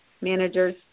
managers